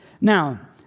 Now